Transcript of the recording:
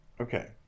Okay